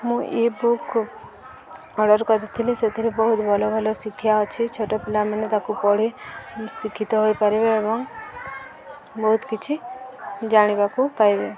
ମୁଁ ebook order କରିଥିଲି ସେଥିରେ ବହୁତ ଭଲ ଭଲ ଶିକ୍ଷା ଅଛି ଛୋଟ ପିଲାମାନେ ତାକୁ ପଢ଼ି ଶିକ୍ଷିତ ହୋଇପାରିବେ ଏବଂ ବହୁତ କିଛି ଜାଣିବାକୁ ପାଇବେ